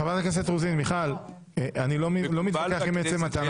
חברת הכנסת רוזין, אני לא מתווכח עם עצם הטענה.